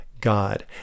god